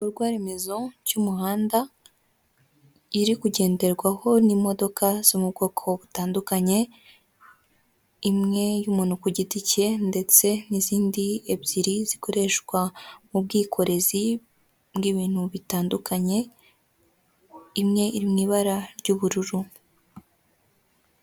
Igikorwa remezo cy'umuhanda iri kugenderwaho n'imodoka zo mu bwoko butandukanye, imwe y'umuntu ku giti cye ndetse n'izindi ebyiri zikoreshwa mu bwikorezi bw'ibintu bitandukanye imwe iri mu ibara ry'ubururu.